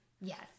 Yes